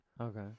Okay